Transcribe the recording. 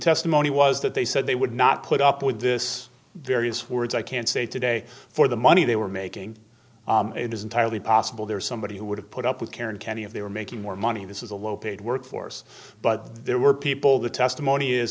testimony was that they said they would not put up with this various words i can say today for the money they were making it is entirely possible there is somebody who would have put up with karen kenney of they were making more money this is a low paid workforce but there were people the testimony is